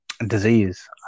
Disease